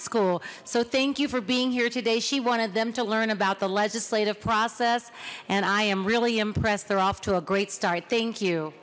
school so thank you for being here today she wanted them to learn about the legislative process and i am really impressed they're off to a great start thank you